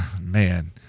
man